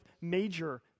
major